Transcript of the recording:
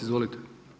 Izvolite.